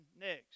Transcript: next